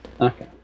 okay